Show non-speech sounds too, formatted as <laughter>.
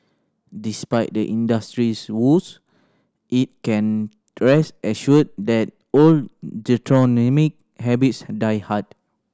despite the industry's woes it can rest assured that old <unintelligible> habits die hard